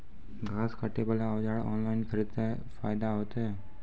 घास काटे बला औजार ऑनलाइन खरीदी फायदा होता?